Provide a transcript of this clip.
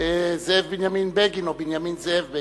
זאב בנימין בגין או בנימין זאב בגין,